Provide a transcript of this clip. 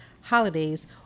holidays